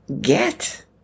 get